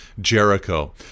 Jericho